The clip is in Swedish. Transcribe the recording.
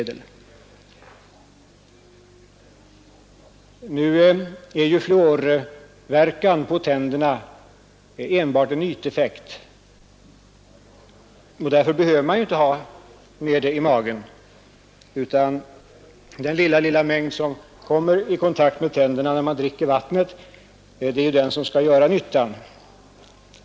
Den verkan som fluor har på tänderna är enbart en yteffekt. Vi behöver därför inte tvinga ned giftet i magen. Det är den lilla mängd som kommer i kontakt med tänderna när man dricker vattnet som skall göra nytta.